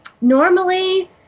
normally